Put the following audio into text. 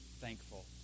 thankful